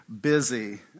busy